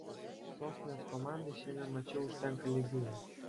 sostinės komandai šiame mače užtenka lygiųjų